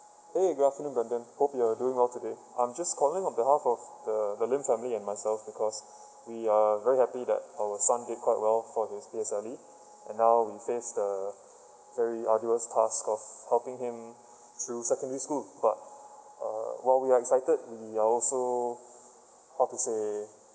hey good afternoon brandon hope you are doing well today I'm just calling on behalf of the the lim family and myself because we are very happy that our son get quite well for his P_S_L_E and now we face the very arduous task co~ coping him through secondary school but uh while we excited we are also how to say